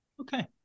Okay